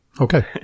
Okay